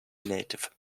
native